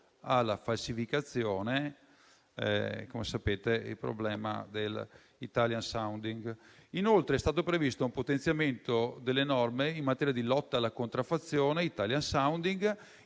alla falsificazione (come sapete, c'è il problema dell'*italian* *sounding*). Inoltre, è stato previsto un potenziamento delle norme in materia di lotta alla contraffazione e *italian sounding*.